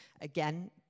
Again